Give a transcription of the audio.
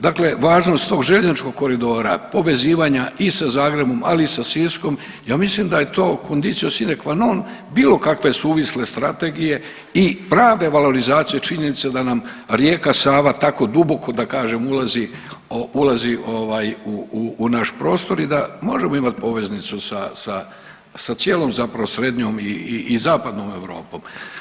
Dakle važnost tog željezničkog koridora, povezivanja i sa Zagrebom, ali i sa Siskom, ja mislim da je to condicio sine qua non bilo kakve suvisle strategije i prave valorizacije činjenice da nam rijeka Sava tako duboko, da kažem ulazi u naš prostor i da možemo imati poveznicu sa cijelom zapravo srednjom i zapadnom Europom.